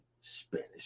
Spanish